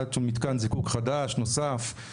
להקמת מתקן זיקוק חדש, נוסף.